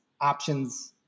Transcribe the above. options